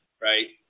right